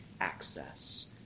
access